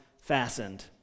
fastened